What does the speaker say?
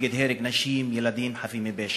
נגד הרג נשים וילדים חפים מפשע.